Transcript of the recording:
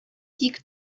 тик